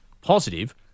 positive